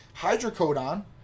hydrocodone